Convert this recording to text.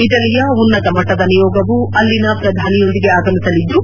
ಇಟಲಿಯ ಉನ್ನತ ಮಟ್ಟದ ನಿಯೋಗವೂ ಅಲ್ಲಿನ ಪ್ರಧಾನಿಯೊಂದಿಗೆ ಆಗಮಿಸಲಿದ್ದು